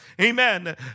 Amen